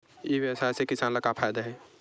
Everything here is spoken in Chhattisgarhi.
ई व्यवसाय से किसान ला का फ़ायदा हे?